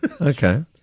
okay